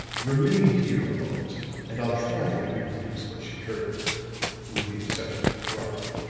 remain here a moment and i'll try and reproduce what she heard with the exception of the cry.